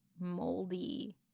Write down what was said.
moldy